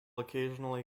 occasionally